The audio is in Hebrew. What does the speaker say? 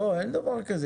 לא, אין דבר כזה.